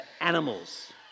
animals